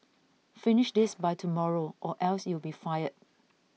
finish this by tomorrow or else you'll be fired